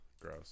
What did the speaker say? Gross